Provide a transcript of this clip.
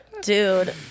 Dude